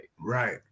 Right